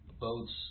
boats